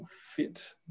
fit